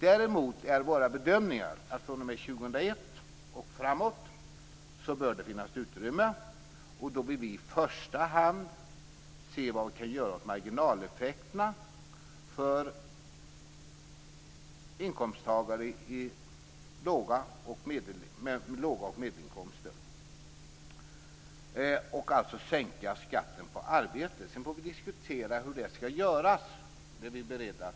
Däremot bör det från 2001 och framåt finnas utrymme för skattesänkningar, och då vill vi i första hand se vad som kan göras åt marginaleffekterna för inkomsttagare med låga inkomster och medelinkomster. Det handlar alltså om att sänka skatten på arbete. Sedan är vi beredda att